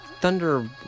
Thunder